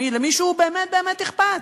אם למישהו באמת באמת אכפת,